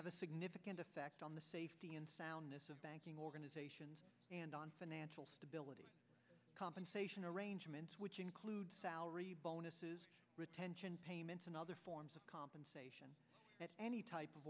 have a significant effect on the safety and soundness of banking organizations and on financial stability compensation arrangements which include salary bonuses retention payments and other forms of compensation any type of